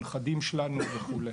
הנכדים שלנו וכו'.